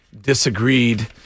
disagreed